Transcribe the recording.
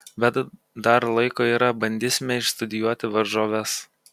bet dar laiko yra bandysime išstudijuoti varžoves